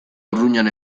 urruñan